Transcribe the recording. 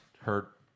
hurt